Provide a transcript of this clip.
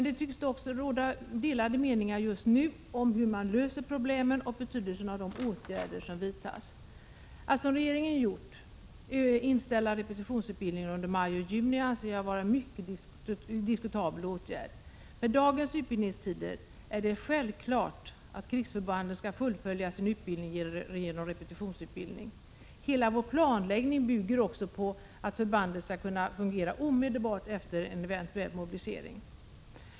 Det tycks dock råda delade meningar just nu om hur man bör lösa problemen och om betydelsen av de åtgärder som vidtas. Att, som regeringen gjort, inställa repetitionsutbildningen under maj och juni anser jag vara mycket diskutabelt. Med dagens utbildningstider är det självklart att krigsförbanden skall fullfölja sin utbildning genom repetitionsövning. Hela vår planläggning bygger också på att förbanden skall kunna fungera omedelbart efter en eventuell mobilisering.